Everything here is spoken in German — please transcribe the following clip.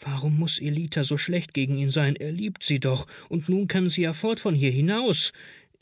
warum muß ellita so schlecht gegen ihn sein er liebt sie doch und nun kann sie ja fort von hier hinaus